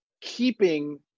keeping